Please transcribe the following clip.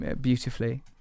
beautifully